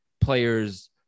players